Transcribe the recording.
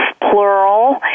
plural